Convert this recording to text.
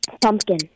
pumpkin